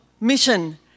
mission